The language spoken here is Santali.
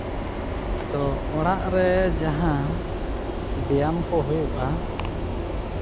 ᱛᱚ ᱚᱲᱟᱜ ᱨᱮ ᱡᱟᱦᱟᱸ ᱵᱮᱭᱟᱢ ᱠᱚ ᱦᱩᱭᱩᱜᱼᱟ